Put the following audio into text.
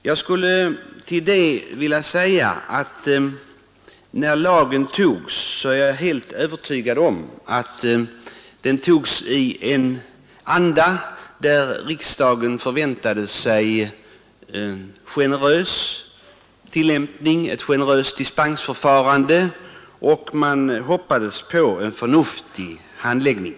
Jag är helt övertygad om att när lagen antogs skedde det i den andan att riksdagen förväntade sig ett generöst dispensförfarande och hoppades på en förnuftig handläggning.